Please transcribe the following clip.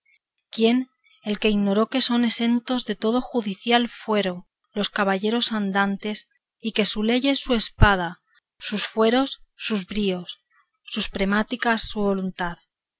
quién el que ignoró que son esentos de todo judicial fuero los caballeros andantes y que su ley es su espada sus fueros sus bríos sus premáticas su voluntad